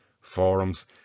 forums